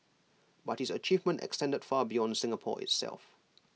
but his achievement extended far beyond Singapore itself